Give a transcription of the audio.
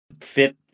fit